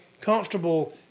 comfortable